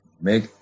make